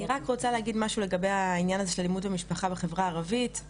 אני רק רוצה להגיד משהו לגבי הענין של האלימות במשפחה בחברה הערבית,